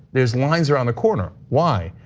there's lines around the corner. why?